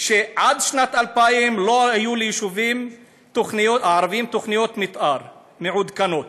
שעד שנת 2000 לא היו ליישובים הערביים תוכניות מתאר מעודכנות.